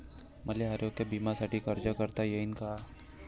मले आरोग्य बिम्यासाठी अर्ज करता येईन का?